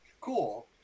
Cool